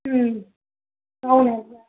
మ్మ్ అవును